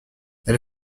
elle